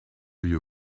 you